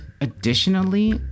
additionally